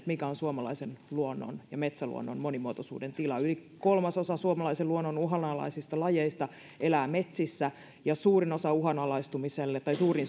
mikä on suomalaisen luonnon ja metsäluonnon monimuotoisuuden tila yli kolmasosa suomalaisen luonnon uhanalaisista lajeista elää metsissä ja suurin syy uhanalaistumiselle